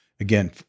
Again